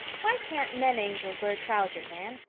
why can't men angels wear trousers, anne?